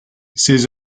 ses